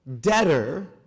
debtor